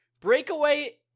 Breakaway